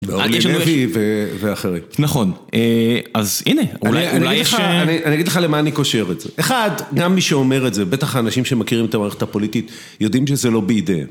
ואולי נבי ואחרים. נכון, אז הנה, אולי... אני אגיד לך למה אני קושר את זה. אחד, גם מי שאומר את זה, בטח האנשים שמכירים את המערכת הפוליטית, יודעים שזה לא בידיה.